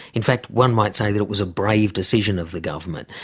in fact, one might say that it was a brave decision of the government.